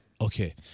Okay